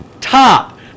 Top